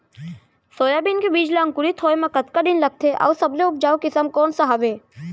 Soybean के बीज ला अंकुरित होय म कतका दिन लगथे, अऊ सबले उपजाऊ किसम कोन सा हवये?